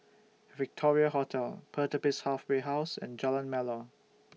Victoria Hotel Pertapis Halfway House and Jalan Melor